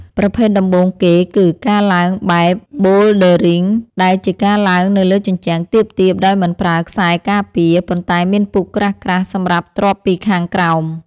ប្រភេទដំបូងគេគឺ ការឡើងបែបប៊ូលឌើរីង ដែលជាការឡើងនៅលើជញ្ជាំងទាបៗដោយមិនប្រើខ្សែការពារ ប៉ុន្តែមានពូកក្រាស់ៗសម្រាប់ទ្រាប់ពីខាងក្រោម។